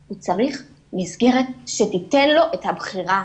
הוא צריך מסגרת שתיתן לו את הבחירה,